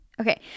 Okay